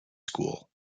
school